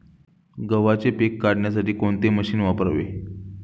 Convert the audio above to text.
गव्हाचे पीक काढण्यासाठी कोणते मशीन वापरावे?